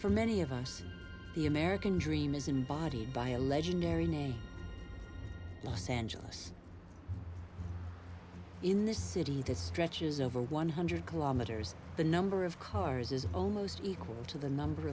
for many of us the american dream is embodied by a legendary name los angeles in this city that stretches over one hundred kilometers the number of cars is almost equal to the number